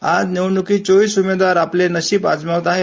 आज निवडणुकीत उमेदवार आपले नशिब आजमावत आहेत